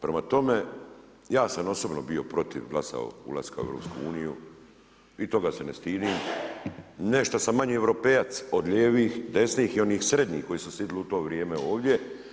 Prema tome, ja sam osobno bio protiv glasao ulaska u EU i toga se ne stidim, ne što sam manji europejac od lijevih, desnih i onih srednjih koji su sidili u to vrijeme ovdje.